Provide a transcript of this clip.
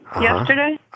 yesterday